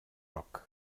roc